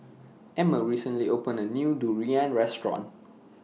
Emmer recently opened A New Durian Restaurant